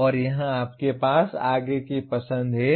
और यहां आपके पास आगे की पसंद है